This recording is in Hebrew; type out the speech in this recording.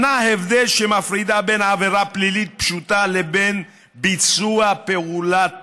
שנה הבדל מפרידה בין עבירה פלילית פשוטה לבין ביצוע פעולת טרור,